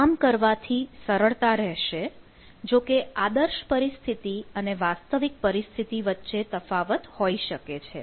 આમ કરવાથી સરળતા રહેશે જોકે આદર્શ પરિસ્થિતિ અને વાસ્તવિક પરિસ્થિતિ વચ્ચે તફાવત હોઈ શકે છે